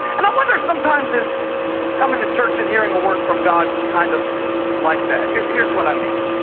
and i wonder sometimes is coming to church and hearing a word from god kind of like that? here's here's what i mean.